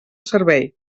servei